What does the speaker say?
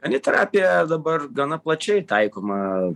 kaniterapija dabar gana plačiai taikoma